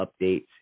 updates